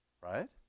right